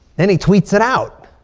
then he tweets it out.